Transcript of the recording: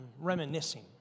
reminiscing